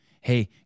Hey